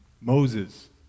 Moses